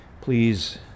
Please